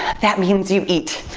that means you eat.